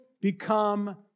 become